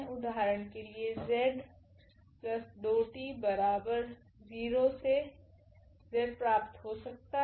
उदाहरण के लिए z प्लस 2t बराबर 0 से z प्राप्त हो सकता है